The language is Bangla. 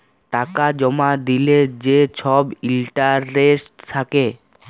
টাকা জমা দিলে যে ছব ইলটারেস্ট থ্যাকে